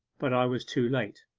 but i was too late